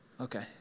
Okay